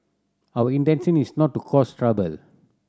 our intention is not to cause trouble